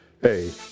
Hey